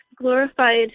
glorified